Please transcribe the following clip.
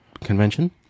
Convention